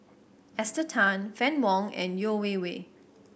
Esther Tan Fann Wong and Yeo Wei Wei